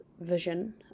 vision